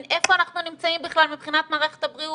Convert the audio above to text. איפה אנחנו נמצאים בכלל מבחינת מערכת הבריאות,